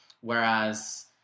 whereas